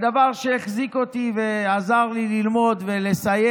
הדבר שהחזיק אותי ועזר לי ללמוד ולסיים